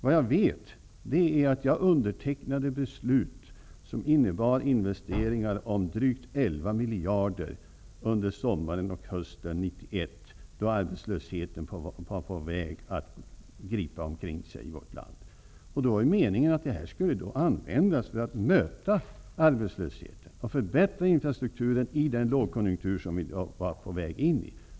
Vad jag vet är att jag undertecknade beslut som innebar investeringar om drygt 11 miljarder under sommaren och hösten 1991, då arbetslösheten var på väg att gripa omkring sig i vårt land. Meningen var att dessa pengar skulle användas för att möta arbetslösheten och förbättra infrastrukturen i den lågkonjunktur som vi då var på väg in i.